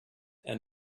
and